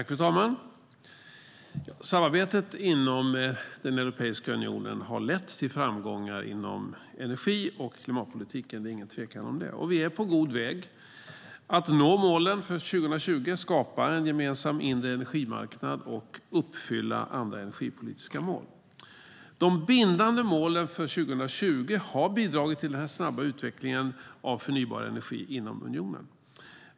Fru talman! Samarbetet inom Europeiska unionen har lett till framgångar inom energi och klimatpolitiken; det är ingen tvekan om det. Vi är på god väg att nå målen för 2020, skapa en gemensam inre energimarknad och uppfylla andra energipolitiska mål. De bindande målen för 2020 har bidragit till den snabba utvecklingen av förnybar energi inom unionen.